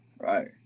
right